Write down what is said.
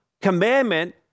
commandment